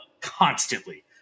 constantly